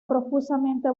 profusamente